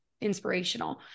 inspirational